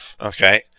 Okay